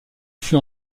fut